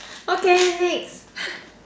okay next